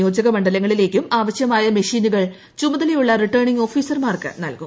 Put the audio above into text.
നിയോജക മണ്ഡലങ്ങളിലേക്കും ആവശ്യമായ മെഷീനുകൾ ചുമതലയുള്ള റിട്ടേണിംഗ് ഓഫീസർമാർക്ക് നൽകും